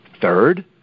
Third